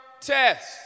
test